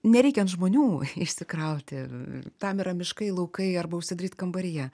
nereikia ant žmonių išsikrauti tam yra miškai laukai arba užsidaryt kambaryje